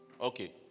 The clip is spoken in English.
Okay